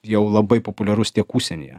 jau labai populiarus tiek užsienyje